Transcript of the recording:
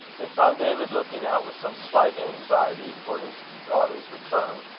they found david looking out with some slight anxiety for his daughter's return,